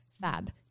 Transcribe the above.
fab